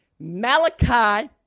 Malachi